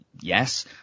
Yes